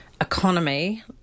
economy